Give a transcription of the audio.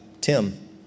Tim